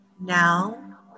Now